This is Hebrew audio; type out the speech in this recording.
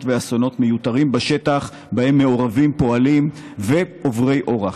ואסונות מיותרים בשטח שבהם מעורבים פועלים ועוברי אורח.